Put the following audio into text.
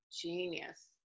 Genius